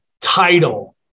title